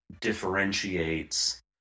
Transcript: differentiates